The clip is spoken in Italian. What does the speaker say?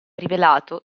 rivelato